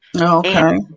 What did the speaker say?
Okay